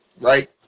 Right